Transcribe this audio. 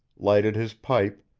lighted his pipe,